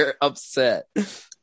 upset